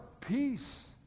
Peace